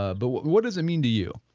ah but what what does it mean to you?